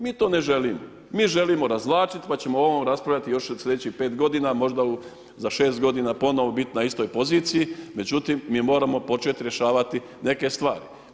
Mi to ne želimo, mi želimo razvlačiti pa ćemo o ovome raspravljati još u sljedećih pet godina, možda za šest godina ponovno biti na istoj poziciji, međutim mi moramo počet rješavati neke stvari.